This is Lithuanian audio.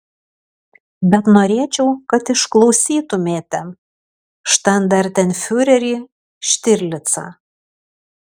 bet norėčiau kad išklausytumėte štandartenfiurerį štirlicą